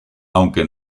aunque